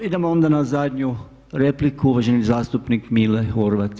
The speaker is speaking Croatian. Idemo onda na zadnju repliku uvaženi zastupnik Mile Horvat.